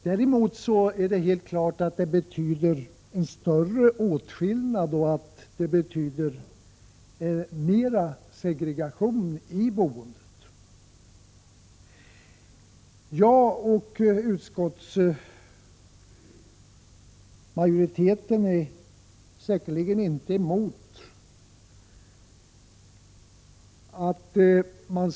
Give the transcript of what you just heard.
Däremot skapar ägandet en större åtskillnad och en ökad segregation i boendet. Jag och den övriga utskottsmajorieten är säkerligen inte emot ett ökat inflytande.